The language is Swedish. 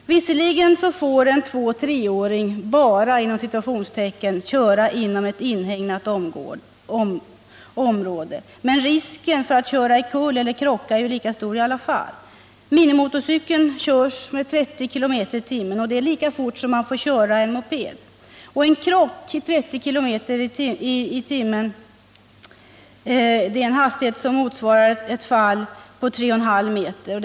Visserligen får en två-treåring ”bara” köra inom inhägnat område, men risken för att köra omkull eller krocka är lika stor i alla fall. Minimotorcykeln körs med 30 km i timmen, och det är lika fort som man får köra en moped! En krock i en hastighet av 30 km/tim. motsvarar ett fall på 3,5 m.